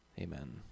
Amen